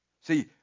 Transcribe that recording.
See